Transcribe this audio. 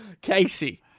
Casey